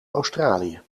australië